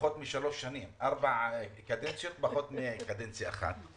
חבר כנסת בארבע קדנציות אבל במשך פחות משלוש שנים.